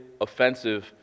offensive